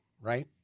right